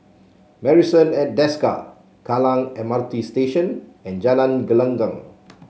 Marrison at Desker Kallang M R T Station and Jalan Gelenggang